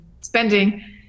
spending